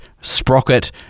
sprocket